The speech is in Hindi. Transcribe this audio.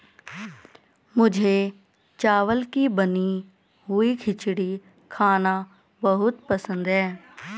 मुझे चावल की बनी हुई खिचड़ी खाना बहुत पसंद है